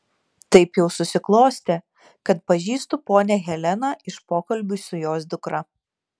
taip jau susiklostė kad pažįstu ponią heleną iš pokalbių su jos dukra